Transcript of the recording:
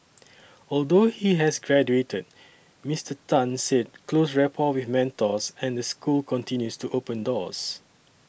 although he has graduated Mister Tan said close rapport with mentors and the school continues to open doors